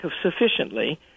sufficiently